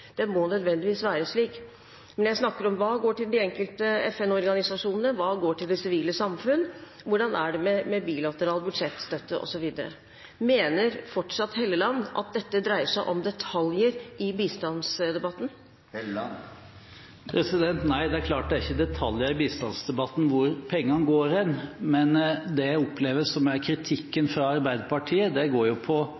det må nødvendigvis være slik, men jeg snakker om hva som går til de enkelte FN-organisasjonene, hva som går til det sivile samfunn, bilateral budsjettstøtte, osv. Mener fortsatt representanten Helleland at dette dreier seg om detaljer i bistandsdebatten? Nei, det er klart at det er ikke detaljer i bistandsdebatten hva pengene går til, men det som jeg opplever er kritikken